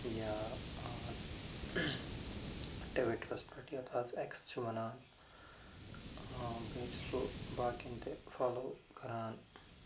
یا ٹُویٖٹَرَس پٮ۪ٹھ یَتھ آز اٮ۪کٕس چھِ وَنان بیٚیہِ چھُس بہٕ باقِیَن تہِ فالَو کران